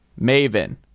Maven